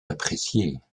appréciées